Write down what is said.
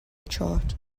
chart